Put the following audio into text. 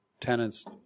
tenants